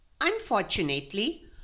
Unfortunately